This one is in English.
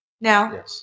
Now